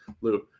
Lou